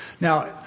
Now